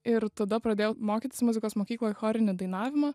ir tada pradėjau mokytis muzikos mokykloj chorinį dainavimą